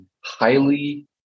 highly